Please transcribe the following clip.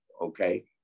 Okay